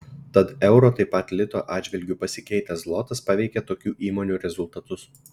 tad euro taip pat lito atžvilgiu pasikeitęs zlotas paveikia tokių įmonių rezultatus